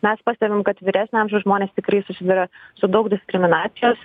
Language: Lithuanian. mes pastebim kad vyresnio amžiaus žmonės tikrai susiduria su daug diskriminacijos